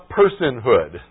personhood